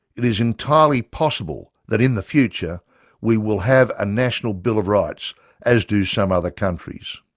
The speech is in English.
it is entirely possible that in the future we will have a national bill of rights as do some other countries.